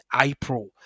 April